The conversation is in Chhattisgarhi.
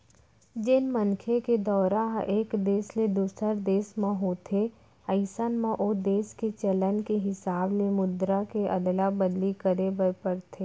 जेन मनखे के दौरा ह एक देस ले दूसर देस म होथे अइसन म ओ देस के चलन के हिसाब ले मुद्रा के अदला बदली करे बर परथे